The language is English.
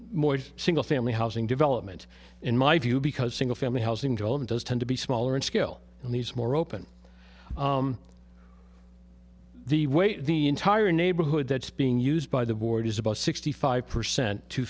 more single family housing development in my view because single family housing too and those tend to be smaller in scale and these more open the way the entire neighborhood that's being used by the board is about sixty five percent to